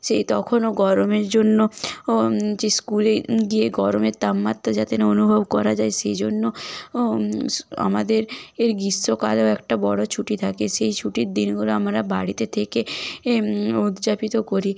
সেই তখনও গরমের জন্য ও যে স্কুলে গিয়ে গরমের তাপমাত্রা যাতে না অনুভব করা যায় সেই জন্য ও আমাদের এ গ্রীষ্মকালও একটা বড়ো ছুটি থাকে সেই ছুটির দিনগুলো আমরা বাড়িতে থেকে এ উদযাপিত করি